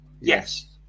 Yes